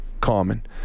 common